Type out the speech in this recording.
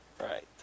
Right